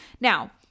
Now